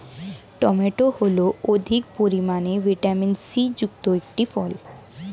tomato হল অধিক পরিমাণে ভিটামিন সি যুক্ত একটি ফল